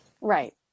Right